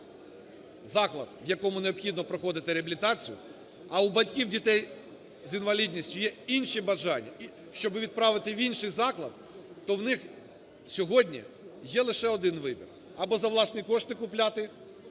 заклад, в якому необхідно проходити реабілітацію, а в батьків дітей з інвалідністю є інші бажання, щоб відправити в інший заклад, то в них сьогодні є лише один вибір: або за власні кошти купляти